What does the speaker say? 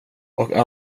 och